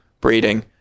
breeding